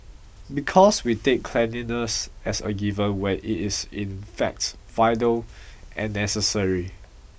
because we take cleanliness as a given when it is in fact vital and necessary